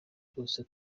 byose